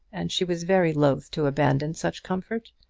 and she was very loth to abandon such comfort.